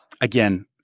again